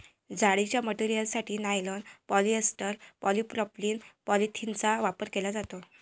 जाळीच्या मटेरियलसाठी nylon, polyester, polypropylene, polyethylene यांचा वापर केला जातो